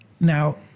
Now